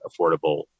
affordable